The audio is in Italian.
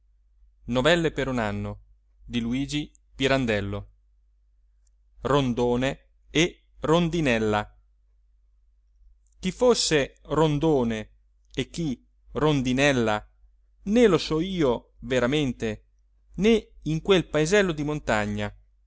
inerte con le quattro zampe stirate chi fosse rondone e chi rondinella né lo so io veramente né in quel paesello di montagna